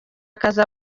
akazi